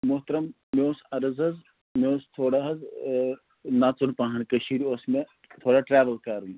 محترم مےٚ اوس عرض حظ مےٚ اوس تھوڑا حظ نَژُن پہن کٔشیٖرِ اوس مےٚ تھوڑا ٹرٛیوٕل کَرُن